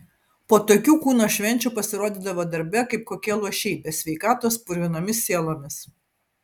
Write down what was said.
po tokių kūno švenčių pasirodydavo darbe kaip kokie luošiai be sveikatos purvinomis sielomis